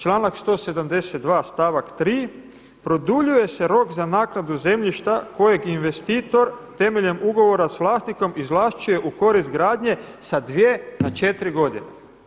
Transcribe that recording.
Članak 172. stavak 3. produljuje se rok za naknadu zemljišta kojeg investitor temeljem ugovora s vlasnikom izvlašćuje u korist gradnje sa 2 na 4 godine.